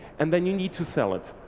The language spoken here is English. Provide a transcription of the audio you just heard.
and then you need to sell it.